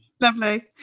Lovely